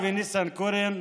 אבי ניסנקורן,